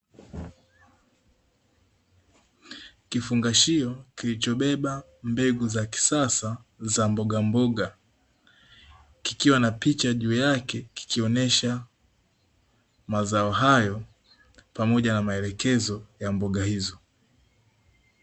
Kifungashio kilichobeba mbegu za kisasa za mbogamboga, kikiwa na picha juu yake kikionyesha mazao hayo pamoja na maelekezo ya mboga hizo.